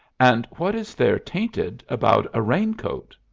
and what is there tainted about a raincoat?